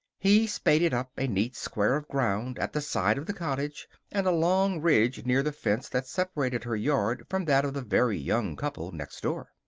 he spaded up a neat square of ground at the side of the cottage and a long ridge near the fence that separated her yard from that of the very young couple next door.